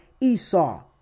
Esau